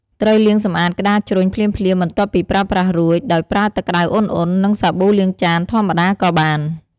ត្រូវលាងសម្អាតក្ដារជ្រញ់ភ្លាមៗបន្ទាប់ពីប្រើប្រាស់រួច ដោយប្រើទឹកក្ដៅឧណ្ហៗ និងសាប៊ូលាងចានធម្មតាក៏បាន។